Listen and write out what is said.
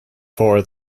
for